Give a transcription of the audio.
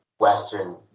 Western